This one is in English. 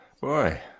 Boy